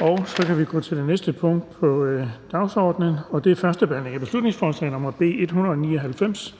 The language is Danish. er vedtaget. --- Det næste punkt på dagsordenen er: 27) 1. behandling af beslutningsforslag nr. B 199: